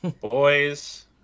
Boys